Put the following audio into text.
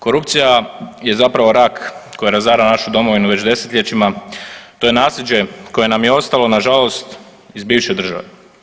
Korupcija je zapravo rak koja razara našu domovinu već desetljećima to je nasljeđe koje nam je ostalo nažalost iz bivše države.